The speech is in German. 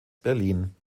berlin